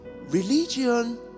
religion